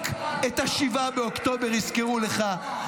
--- רק את 7 באוקטובר יזכרו לך,